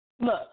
look